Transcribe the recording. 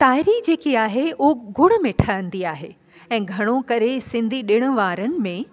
ताहिरी जेकी आहे उहा ॻुड़ में ठहंदी आहे ऐं घणो करे सिंधी ॾिण वारनि में